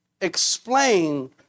explain